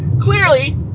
Clearly